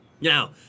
Now